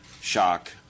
shock